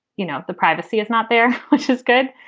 you know, the privacy is not there, which is good,